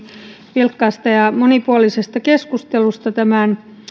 vilkkaasta ja monipuolisesta keskustelusta tämän